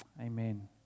amen